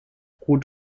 ruht